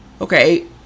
okay